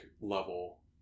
level